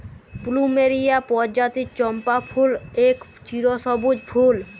plumeria পরজাতির চম্পা ফুল এক চিরসব্যুজ ফুল